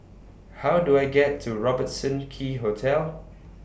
How Do I get to Robertson Quay Hotel